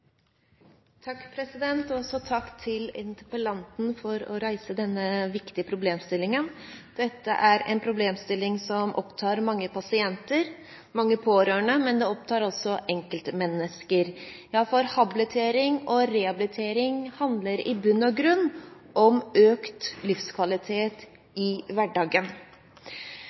Takk til interpellanten for at hun reiser denne viktige problemstillingen. Dette er en problemstilling som opptar mange pasienter og mange pårørende, men det opptar også enkeltmennesker. Habilitering og rehabilitering handler i bunn og grunn om økt livskvalitet i hverdagen.